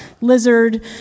Lizard